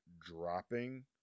dropping